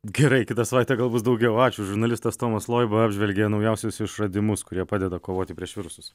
gerai kitą savaitę gal bus daugiau ačiū žurnalistas tomas loiba apžvelgė naujausius išradimus kurie padeda kovoti prieš virusus